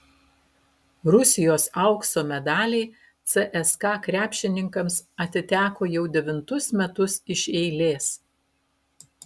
rusijos aukso medaliai cska krepšininkams atiteko jau devintus metus iš eilės